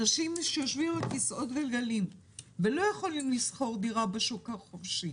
אנשים שיושבים על כיסאות גלגלים ולא יכולים לשכור דירה בשוק החופשי,